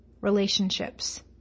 relationships